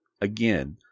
Again